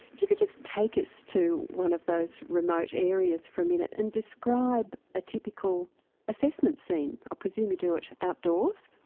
you could just take us to one of those remote areas for a minute and describe a typical assessment scene, i presume you do it outdoors?